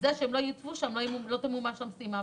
המשימה לא תמומש אם הם לא יוצבו שם.